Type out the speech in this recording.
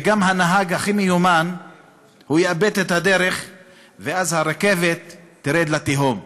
וגם הנהג הכי מיומן יאבד את הדרך ואז הרכבת תרד לתהום.